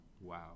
Wow